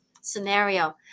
scenario